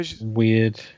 weird